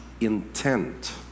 intent